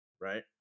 right